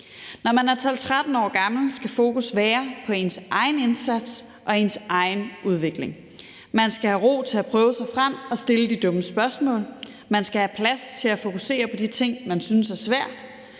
Når man er 12-13 år gammel, skal fokus være på ens egen indsats og ens egen udvikling. Man skal have ro til at prøve sig frem og stille de dumme spørgsmål, og man skal have plads til at fokusere på de ting, man synes er svært.